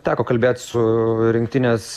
teko kalbėt su rinktinės